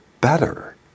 better